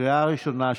בקריאה ראשונה,